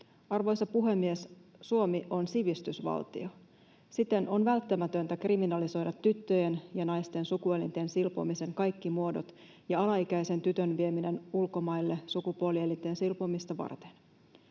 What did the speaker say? Arvoisa puhemies! Suomi on sivistysvaltio. Siten on välttämätöntä kriminalisoida tyttöjen ja naisten sukuelinten silpomisen kaikki muodot ja alaikäisen tytön vieminen ulkomaille sukupuolielinten silpomista varten.